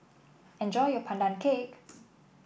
enjoy your Pandan Cake